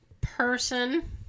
Person